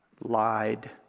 lied